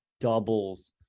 doubles